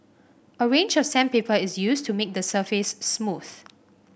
a range of sandpaper is used to make the surface smooth